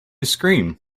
scream